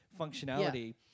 functionality